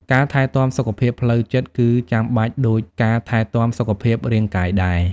ការថែទាំសុខភាពផ្លូវចិត្តគឺចាំបាច់ដូចការថែទាំសុខភាពរាងកាយដែរ។